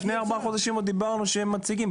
לפני ארבע החודשים עוד דיברנו שהם מציגים,